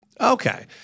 Okay